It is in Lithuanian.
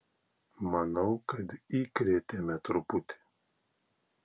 manau kad įkrėtėme truputį